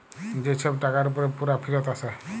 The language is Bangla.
যে ছব টাকার উপরে পুরা ফিরত আসে